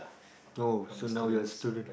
oh so now you are student